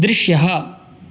दृश्यः